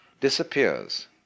disappears